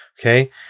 okay